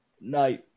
No